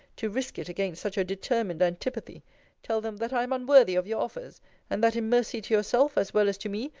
to risk it against such a determined antipathy tell them that i am unworthy of your offers and that in mercy to yourself, as well as to me,